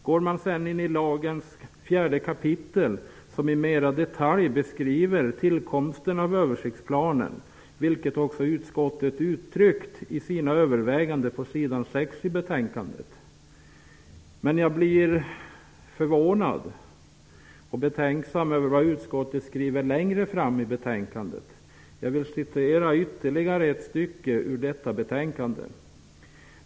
Om man ser närmare på lagens fjärde kapitel, beskrivs tillkomsten av översiktsplanen mer i detalj, vilket också utskottet uttryckt i sina överväganden. Men jag blir förvånad och betänksam över det som utskottet skriver längre fram i betänkandet. Jag citerar ytterligare ett stycke ur detta betänkande.